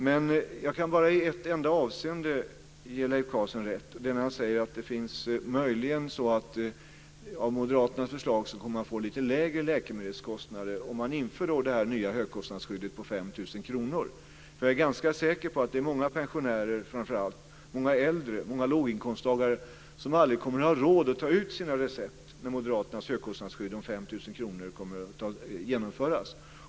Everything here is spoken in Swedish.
Men jag kan i ett enda avseende ge Leif Carlson rätt, och det är möjligen när han säger att man med Moderaternas förslag kommer att få lite lägre läkemedelskostnader om man inför detta nya högkostnadsskydd på 5 000 kr. Jag är ganska säker på att det framför allt är många pensionärer, många äldre och många låginkomsttagare som aldrig kommer att ha råd att ta ut sina recept när Moderaternas högkostnadsskydd om 5 000 kr kommer att genomföras.